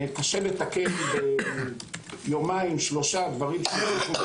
קשה לתקן תוך יומיים שלושה דברים שלא טופלו